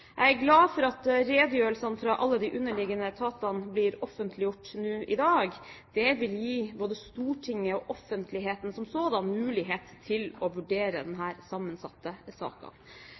Jeg er glad for at redegjørelsene fra alle de underliggende etatene blir offentliggjort nå i dag. Det vil gi både Stortinget og offentligheten som sådan mulighet til å vurdere denne sammensatte